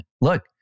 look